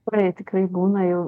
krai būna jau